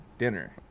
dinner